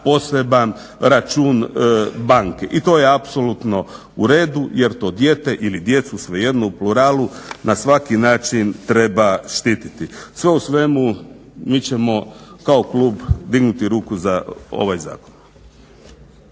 poseban račun banke. I to je apsolutno uredu jer to dijete ili djecu svejedno u pluralu na svaki način treba štititi. Sve u svemu mi ćemo kao klub dignuti ruku za ovaj zakon.